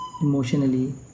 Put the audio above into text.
emotionally